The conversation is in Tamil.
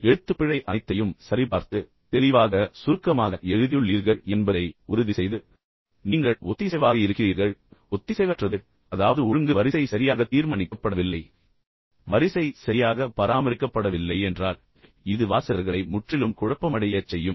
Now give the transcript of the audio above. எழுத்துப்பிழை மற்றும் அனைத்தையும் சரிபார்த்து நீங்கள் தெளிவாக மற்றும் சுருக்கமாக எழுதியுள்ளீர்கள் என்பதை உறுதிசெய்து பின்னர் நீங்கள் ஒத்திசைவாக இருக்கிறீர்கள் ஒத்திசைவற்றது அதாவது ஒழுங்கு வரிசை சரியாக தீர்மானிக்கப்படவில்லை வரிசை சரியாக பராமரிக்கப்படவில்லை என்றால் இது வாசகர்களை முற்றிலும் குழப்பமடையச் செய்யும்